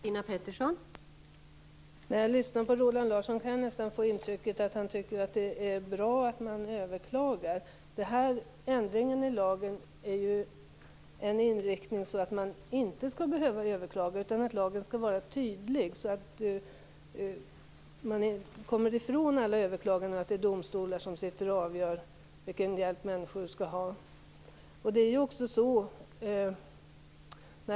Fru talman! När jag lyssnar på Roland Larsson kan jag nästan få intrycket att han tycker att det är bra att man överklagar. Ändringen i lagen innebär en inriktning att man inte skall behöva överklaga. Lagen skall vara så tydlig att vi kommer ifrån alla överklaganden och från att domstolarna skall avgöra vilken hjälp människor skall ha.